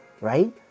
Right